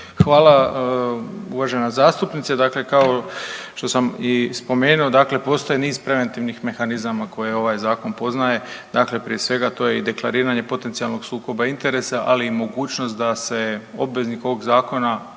Hvala uvažena zastupnice. Dakle kao što sam i spomenuo, dakle postoji niz preventivnih mehanizama koje ovaj Zakon poznaje. Dakle, prije svega, to je i deklariranje potencijalnog sukoba interesa, ali i mogućost da se obveznik ovog Zakona